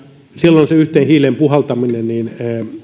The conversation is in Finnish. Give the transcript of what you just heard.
silloin se yhteen hiileen puhaltaminen